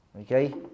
Okay